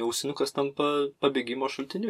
ausinukas tampa pabėgimo šaltiniu